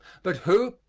but who,